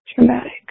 traumatic